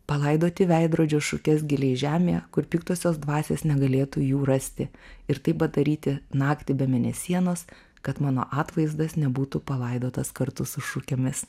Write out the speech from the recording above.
palaidoti veidrodžio šukes giliai žemėje kur piktosios dvasios negalėtų jų rasti ir tai padaryti naktį be mėnesienos kad mano atvaizdas nebūtų palaidotas kartu su šukėmis